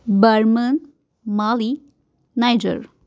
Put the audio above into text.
Burman Mali Niger